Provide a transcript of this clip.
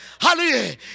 Hallelujah